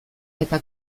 eta